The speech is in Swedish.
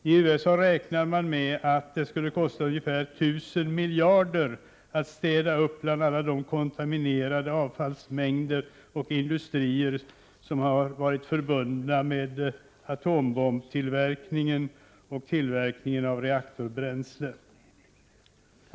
I USA räknar man med att det skulle kosta ungefär 1 000 miljarder att städa upp bland alla dekontaminerade avfallsmängder och på de industrier som har varit förbundna med atombombstillverkningen och tillverkningen av reaktorbränsle.